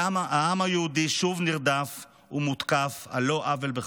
העם היהודי שוב נרדף ומותקף על לא עוול בכפו.